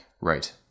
Right